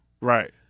Right